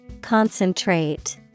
Concentrate